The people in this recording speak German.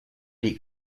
die